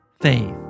faith